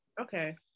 okay